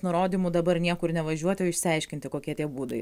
nurodymų dabar niekur nevažiuoti o išsiaiškinti kokie tie būdai